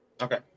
Okay